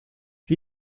wie